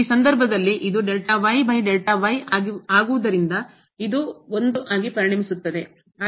ಆದ್ದರಿಂದ ಈ ಸಂದರ್ಭದಲ್ಲಿ ಇದು ಆಗುವುದರಿಂದ ಇದು 1 ಆಗಿ ಪರಿಣಮಿಸುತ್ತದೆ